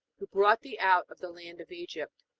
who brought thee out of the land of egypt,